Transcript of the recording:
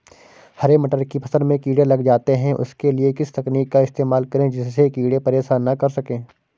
हरे मटर की फसल में कीड़े लग जाते हैं उसके लिए किस तकनीक का इस्तेमाल करें जिससे कीड़े परेशान ना कर सके?